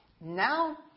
Now